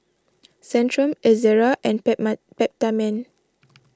Centrum Ezerra and Peptamen